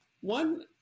one